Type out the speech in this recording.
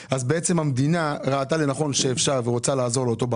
מהמחשבות שיש לנו לגבי